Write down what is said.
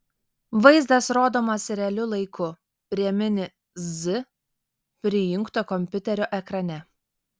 vaizdas rodomas realiu laiku prie mini z prijungto kompiuterio ekrane